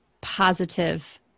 positive